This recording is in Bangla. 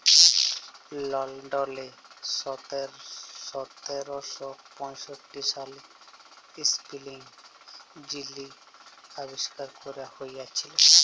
লল্ডলে সতের শ পঁয়ষট্টি সালে ইস্পিলিং যিলি আবিষ্কার ক্যরা হঁইয়েছিল